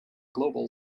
global